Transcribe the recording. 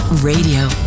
Radio